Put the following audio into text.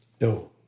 No